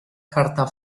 carta